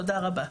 תודה רבה.